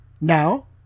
Now